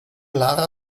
lara